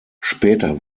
später